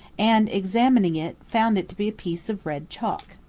and examining it, found it to be a piece of red chalk.